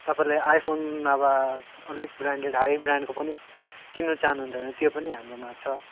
तपाईँले आइफोन नभए अलिक ब्रान्डेड हाई ब्रान्डको पनि किन्नु चाहनुहुन्छ भने त्यो पनि हाम्रोमा छ